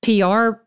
PR